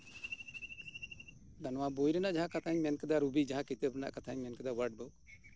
ᱱᱚᱣᱟ ᱡᱟᱦᱟᱸ ᱵᱳᱭ ᱨᱮᱱᱟᱜ ᱠᱟᱛᱷᱟᱧ ᱢᱮᱱ ᱠᱟᱫᱮ ᱨᱚᱵᱤ ᱡᱟᱦᱟᱸ ᱠᱤᱛᱟᱹᱵ ᱨᱮᱱᱟᱜ ᱠᱟᱛᱷᱟᱧ ᱞᱟᱹᱭ ᱠᱮᱫᱟ ᱚᱣᱟᱨᱰᱵᱩᱠ